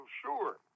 sure